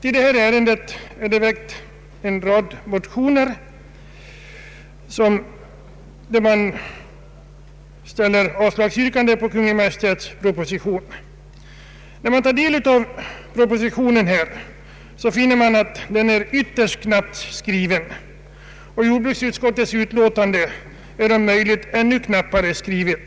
I detta ärende har väckts en rad motioner med avslagsyrkanden på Kungl. Maj:ts proposition. Den som läser propositionen finner att den är ytterst knapphändigt skriven. Jordbruksutskottets utlåtande är om möjligt än mer knapphändigt skrivet.